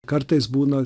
kartais būna